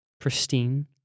pristine